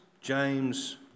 James